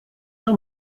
del